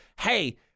Hey